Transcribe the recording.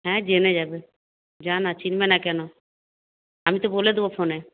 হ্যাঁ জেনে যাবে যা না চিনবে না কেন আমি তো বলে দেবো ফোনে